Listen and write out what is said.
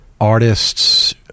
Artists